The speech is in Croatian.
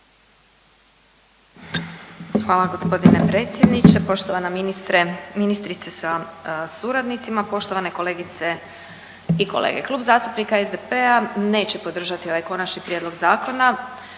Hvala gospodine predsjedniče. Poštovana ministre, ministrice sa suradnicima, poštovane kolegice i kolege, Klub zastupnika SDP-a neće podržati ovaj konačni prijedlog zakona